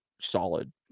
solid